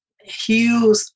huge